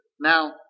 Now